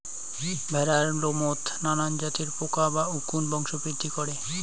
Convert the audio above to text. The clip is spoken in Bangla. ভ্যাড়ার লোমত নানান জাতের পোকা বা উকুন বংশবৃদ্ধি করে